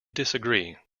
disagree